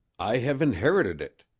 i have inherited it,